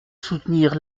soutenir